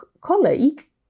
colleague